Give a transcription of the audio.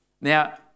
Now